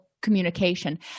communication